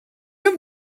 have